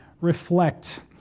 reflect